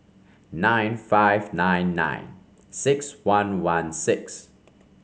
nine five nine nine six one one six